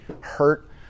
hurt